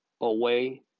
away